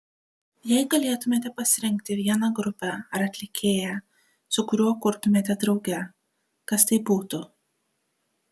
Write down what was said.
jei galėtumėte pasirinkti vieną grupę ar atlikėją su kuriuo kurtumėte drauge kas tai būtų